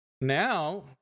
now